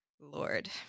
Lord